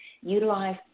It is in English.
utilize